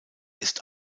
ist